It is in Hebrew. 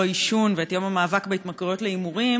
עישון ואת יום המאבק בהתמכרויות להימורים,